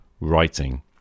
writing